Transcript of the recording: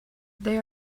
they